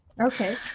Okay